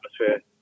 atmosphere